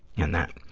in that.